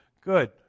Good